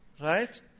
right